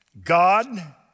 God